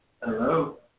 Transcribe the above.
Hello